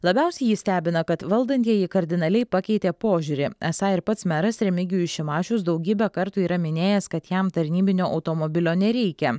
labiausiai jį stebina kad valdantieji kardinaliai pakeitė požiūrį esą ir pats meras remigijus šimašius daugybę kartų yra minėjęs kad jam tarnybinio automobilio nereikia